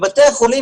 בבתי החולים